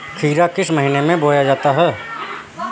खीरा किस महीने में बोया जाता है?